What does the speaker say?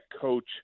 coach